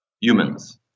humans